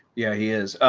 yeah, he is.